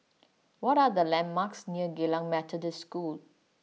what are the landmarks near Geylang Methodist School